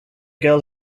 girl